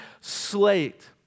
slate